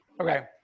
Okay